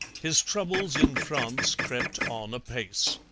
his troubles in france crept on apace.